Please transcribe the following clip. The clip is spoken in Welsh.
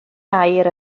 air